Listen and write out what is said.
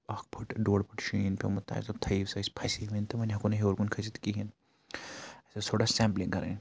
اَکھ فٹہٕ ڈۄڑ فٹہٕ شیٖن پیٚومُت تہٕ اَسہِ دوٚپ تھٔیِو سا أسۍ پھَسے وۄنۍ تہٕ وۄنۍ ہیٚکو نہٕ ہیٚور کُن کھٔسِتھ کِہیٖنۍ اَسہِ ٲسۍ تھوڑا سٮ۪مپٕلِنٛگ کَرٕنۍ